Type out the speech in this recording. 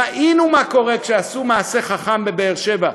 ראינו מה קורה כשעשו מעשה חכם בבאר-שבע,